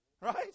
Right